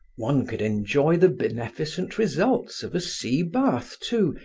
one could enjoy the beneficent results of a sea bath, too,